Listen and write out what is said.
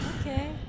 Okay